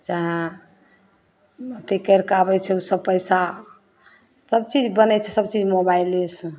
चाहे अथी करिके आबै छै ओसब पइसा सबचीज बनै छै सबचीज मोबाइलेसे